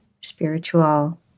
spiritual